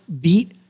beat